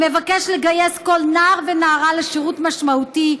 המבקש לגייס כל נער ונערה לשירות משמעותי,